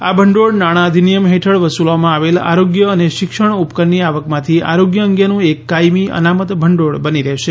આ ભંડોળ નાણાં અધિનિયમ હેઠળ વસૂલવામાં આવેલ આરોગ્ય અને શિક્ષણ ઉપકરની આવકમાંથી આરોગ્ય અંગેનું એક કાયમી અનામત ભંડોળ બની રહેશે